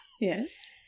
Yes